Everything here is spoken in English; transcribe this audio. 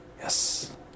Yes